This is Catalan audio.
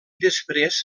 després